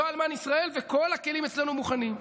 לא אלמן ישראל, וכל הכלים אצלנו מוכנים.